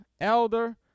elder